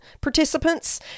participants